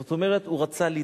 זאת אומרת, הוא רצה להיתפס.